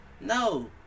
no